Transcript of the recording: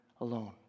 alone